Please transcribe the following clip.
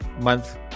month